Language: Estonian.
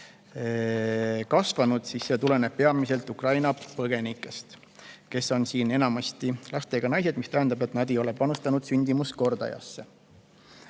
kasvanud, siis tuleneb see peamiselt Ukraina põgenikest, kes on enamasti lastega naised, mis tähendab, et nad ei ole panustanud sündimuskordajasse.